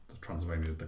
Transylvania